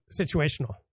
situational